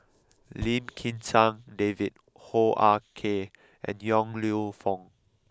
Lim Kim San David Hoo Ah Kay and Yong Lew Foong